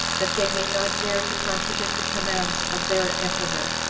that they may not dare to contradict the commands of their emperor.